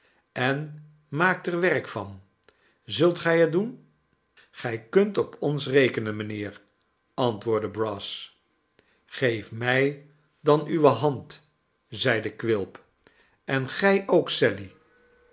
en maakt er werk van zult gij het doen gij kunt er op rekenen mijnheer antwoordde brass geef mij dan uwe hand zeide quilp en gij ook sally